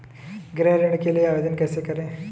गृह ऋण के लिए आवेदन कैसे करें?